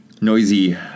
noisy